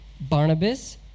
Barnabas